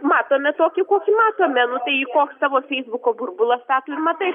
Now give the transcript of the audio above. matome tokį kokį matome nu tai koks tavo feisbuko burbulas tą tu ir matai